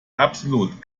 absolut